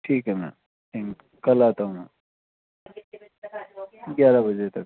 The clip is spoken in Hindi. ठीक है मैम थैंक यू कल आता हूँ मैम कितने बजे तक आ जाओगे आप ग्यारह बजे तक